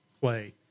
play